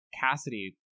Cassidy